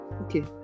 Okay